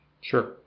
Sure